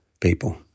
people